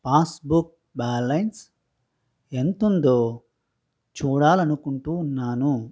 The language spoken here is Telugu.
పాస్బుక్ బ్యాలన్స్ ఎంతుందో చూడాలనుకుంటు ఉన్నాను